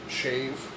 shave